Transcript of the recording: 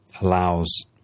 allows